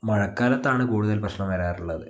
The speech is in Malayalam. മഴക്കാലത്താണ് കൂടുതൽ പ്രശ്നം വരാറുള്ളത്